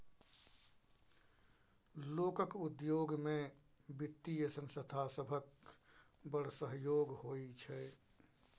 लोकक उद्योग मे बित्तीय संस्था सभक बड़ सहयोग होइ छै